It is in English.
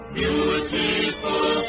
beautiful